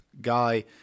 guy